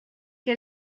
que